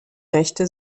rechte